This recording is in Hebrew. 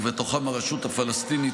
ובהם הרשות הפלסטינית,